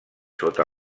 sota